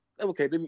okay